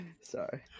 sorry